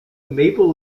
maple